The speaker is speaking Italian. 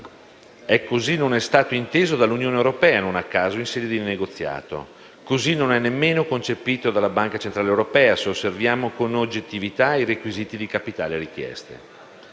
E così non è stato inteso, non a caso, dall'Unione europea in sede di negoziato. Così non è nemmeno concepito dalla Banca centrale europea, se osserviamo con oggettività i requisiti di capitale richiesti.